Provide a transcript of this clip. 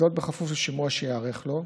זאת בכפוף לשימוע שייערך לו.